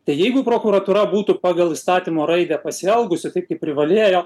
tai jeigu prokuratūra būtų pagal įstatymo raidę pasielgusi taip kaip privalėjo